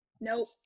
Nope